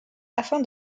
afin